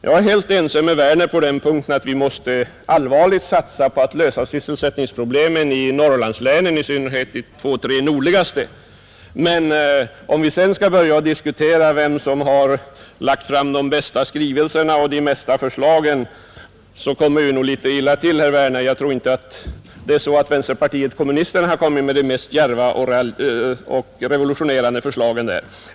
Jag är helt ense med herr Werner om att vi allvarligt måste satsa på att lösa sysselsättningsproblemen i Norrlandslänen, i synnerhet i de två tre nordligaste, men om vi skall börja diskutera vem som har lagt fram de bästa skrivelserna och de flesta förslagen ligger nog herr Werner litet illa till. Jag tror inte att vänsterpartiet kommunisterna har kommit med de djärvaste och mest revolutionerande förslagen.